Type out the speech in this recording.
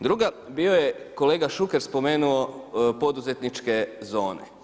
Druga, bio je kolega Šuker spomenuo poduzetničke zone.